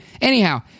Anyhow